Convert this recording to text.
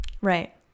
Right